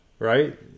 right